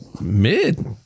mid